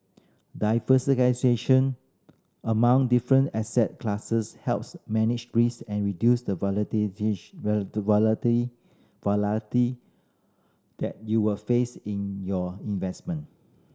diversification among different asset classes helps manage risk and reduce the volatility that you will face in your investment